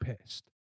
pissed